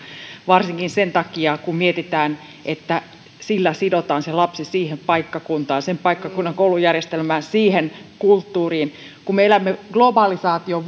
varsinkin sen takia kun mietitään että sillä sidotaan se lapsi siihen paikkakuntaan sen paikkakunnan koulujärjestelmään siihen kulttuuriin kun me elämme globalisaation